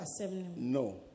No